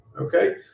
okay